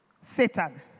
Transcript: Satan